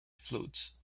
flutes